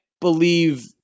believe